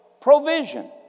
provision